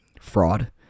fraud